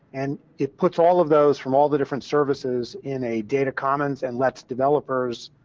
and it puts all of those from all the different services in a data commons and lets developers,